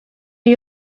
you